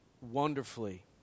wonderfully